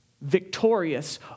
victorious